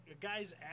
guy's